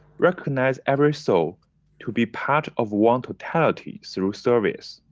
recognize every soul to be part of one totality, through service.